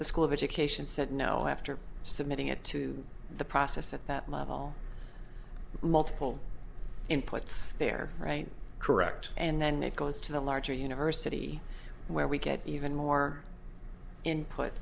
the school of education said no after submitting it to the process at that level multiple inputs there right correct and then it goes to the larger university where we get even more input